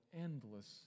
endless